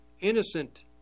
innocent